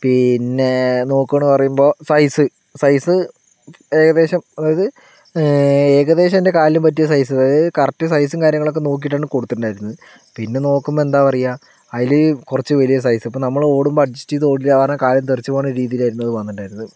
പിന്നെ നോക്കുവാണെന്നു പറയുമ്പോൾ സൈസ് സൈസ് ഏകദേശം അതായത് ഏകദേശം എൻ്റെ കാലിന് പറ്റിയ സൈസ് കറക്ട് സൈസും കാര്യങ്ങളും ഒക്കെ നോക്കിട്ടാണ് കൊടുത്തിട്ടുണ്ടായിരുന്നെ പിന്നെ നോക്കുമ്പോൾ എന്താ പറയുക അതില് കുറച്ച് വലിയ സൈസ് ഇപ്പോൾ നമ്മൾ ഓടുമ്പോൾ കുറച്ചു അഡ്ജസ്റ്റ് ചെയ്ത് ഓടീലാ പറഞ്ഞാ കാലിൽ നിന്ന് തെറിച്ചു പോണ രീതിയിലാണ് അത് വന്നിട്ടുണ്ടായിരുന്നത്